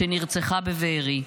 שנרצחה בבארי.